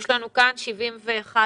יש לנו כאן 71 אחוזים.